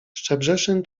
szczebrzeszyn